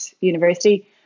university